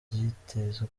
byitezwe